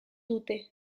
dute